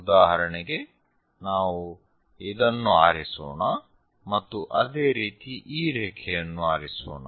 ಉದಾಹರಣೆಗೆ ನಾವು ಇದನ್ನು ಆರಿಸೋಣ ಮತ್ತು ಅದೇ ರೀತಿ ಈ ರೇಖೆಯನ್ನು ಆರಿಸೋಣ